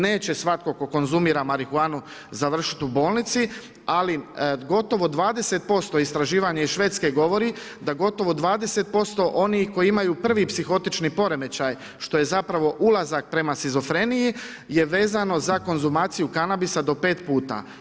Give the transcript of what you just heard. Neće svatko tko konzumira marihuanu završiti u bolnici, ali gotovo 20% istraživanje iz Švedske govori da gotovo 20% onih koji imaju prvi psihotični poremećaj što je ulazak prema šizofreniji je vezano za konzumaciju kanabisa do pet puta.